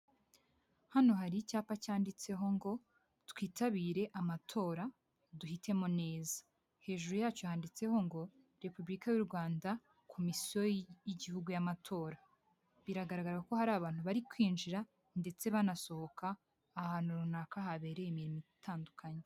Hano hari icyapa cyanditseho ngo:" Twitabire amatora duhitemo neza." Hejuru yacyo yanditseho ngo:" Repubulika y'u Rwanda, Komisiyo y'igihugu y'amatora." Biragaragara ko hari abantu bari kwinjira ndetse banasohoka, ahantu runaka habereye imirimo itandukanye.